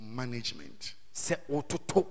management